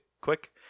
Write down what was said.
quick